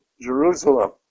Jerusalem